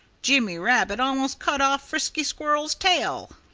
jimmy rabbit almost cut off frisky squirrel's tail.